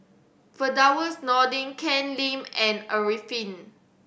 Firdaus Nordin Ken Lim and Arifin